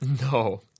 no